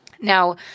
Now